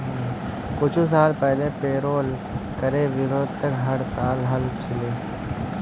कुछू साल पहले पेरोल करे विरोधत हड़ताल हल छिले